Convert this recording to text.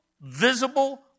visible